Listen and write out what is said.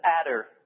adder